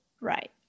Right